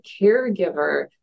caregiver